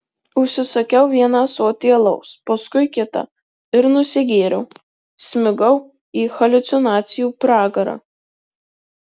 užsisakiau vieną ąsotį alaus paskui kitą ir nusigėriau smigau į haliucinacijų pragarą